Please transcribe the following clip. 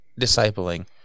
discipling